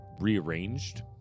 rearranged